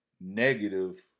Negative